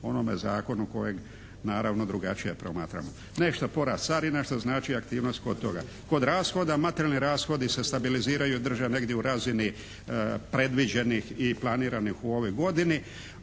onome zakonu kojeg naravno drugačije promatramo. Nešto porast carina što znači aktivnost kod toga. Kod rashoda, materijalni rashodi se stabiliziraju i drže negdje u razini predviđenih i planiranih u ovoj godini,